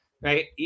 Right